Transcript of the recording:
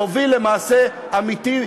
תוביל למעשה אמיתי,